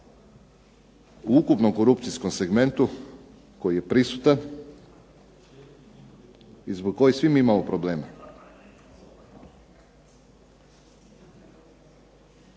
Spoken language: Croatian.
u ukupnom korupcijom segmentu koji je prisutan i zbog kojeg svi mi imamo problema.